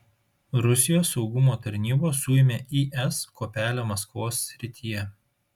rusijos saugumo tarnybos suėmė is kuopelę maskvos srityje